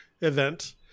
event